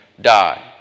die